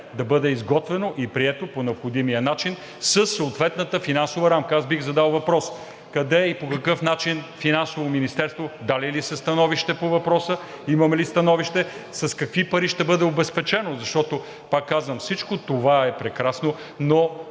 да бъде изготвено и прието по необходимия начин със съответната финансова рамка. Аз бих задал въпрос: къде и по какъв начин Финансовото министерство е дало становище по въпроса? Имаме ли становище? С какви пари ще бъде обезпечено? Защото, пак казвам, всичко това е прекрасно, но,